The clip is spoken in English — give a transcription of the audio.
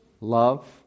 Love